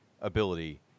ability